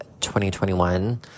2021